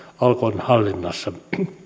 alkon hallinnassa